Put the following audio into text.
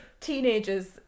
teenagers